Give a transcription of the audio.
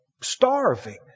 starving